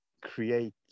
create